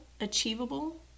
achievable